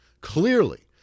clearly